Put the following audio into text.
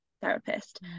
therapist